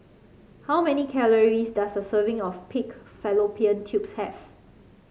how many calories does a serving of Pig Fallopian Tubes have